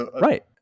Right